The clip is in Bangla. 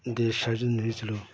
দেশ স্বাধীন হয়েছিল